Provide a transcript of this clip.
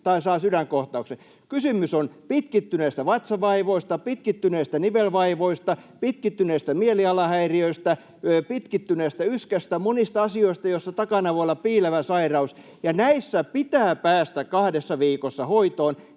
Suomessa heti hoitoon. Kysymys on pitkittyneistä vatsavaivoista, pitkittyneistä nivelvaivoista, pitkittyneistä mielialahäiriöistä, pitkittyneestä yskästä, monista asioista, joissa takana voi olla piilevä sairaus, ja näissä pitää päästä kahdessa viikossa hoitoon,